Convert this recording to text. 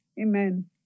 Amen